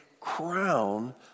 crown